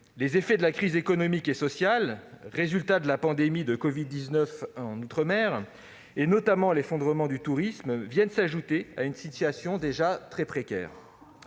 Les effets de la crise économique et sociale, résultat de la pandémie de covid-19 en outre-mer- je pense notamment à l'effondrement du tourisme -, viennent s'ajouter à une situation déjà très précaire.